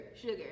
sugar